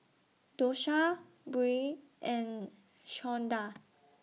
Dosha Beau and Shawnda